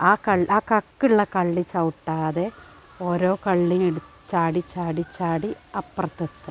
ആ ക ആ കക്കൊള്ള കള്ളി ചവിട്ടാതെ ഓരോ കള്ളിയിൽ ചാടിച്ചാടിച്ചാടി അപ്പിറത്തത്തെ